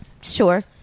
Sure